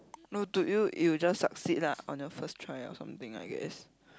no do you you just succeed lah on your first try or something I guess